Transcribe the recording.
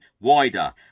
wider